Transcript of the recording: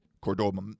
Cordoba